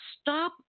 Stop